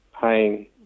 paying